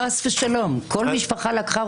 כל התביעות שהיו מזה 26 שנים,